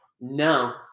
No